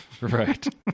Right